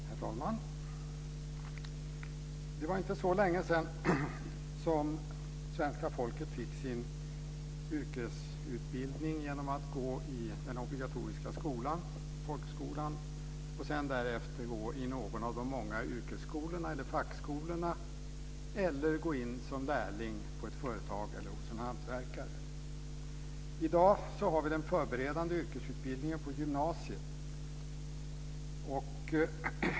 Herr talman! Det är inte så länge sedan svenska folket fick sin yrkesutbildning genom att gå i den obligatoriska skolan, i folkskolan, för att därefter välja någon av de många yrkes eller fackskolorna eller gå in som lärling på ett företag eller hos en hantverkare. I dag har vi den förberedande yrkesutbildningen på gymnasiet.